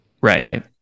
Right